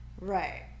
Right